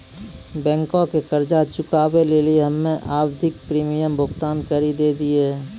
बैंको के कर्जा चुकाबै लेली हम्मे आवधिक प्रीमियम भुगतान करि दै छिये